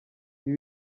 ibi